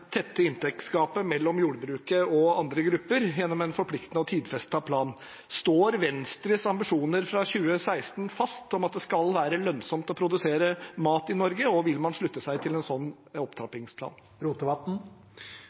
tette inntektsgapet mellom jordbruket og andre grupper gjennom en forpliktende og tidfestet plan. Står Venstres ambisjoner fra 2016 fast – om at det skal være lønnsomt å produsere mat i Norge – og vil man slutte seg til en sånn